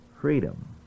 freedom